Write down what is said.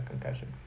concussion